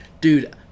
dude